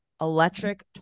electric